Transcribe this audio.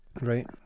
Right